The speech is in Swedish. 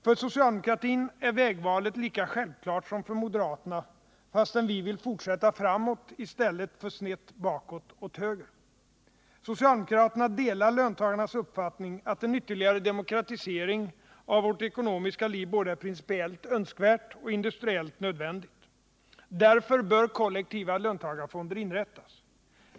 För socialdemokratin är vägvalet lika självklart som för moderaterna, fastän vi vill fortsätta framåt i stället för snett bakåt åt höger. Socialdemokraterna delar löntagarnas uppfattning att en ytterligare demokratisering av vårt ekonomiska liv är både principiellt önskvärd och industriellt nödvändig. Därför bör kollektiva löntagarfonder inrättas.